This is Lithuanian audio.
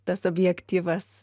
tas objektyvas